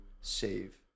save